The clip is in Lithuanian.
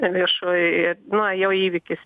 viešojoje na jau įvykis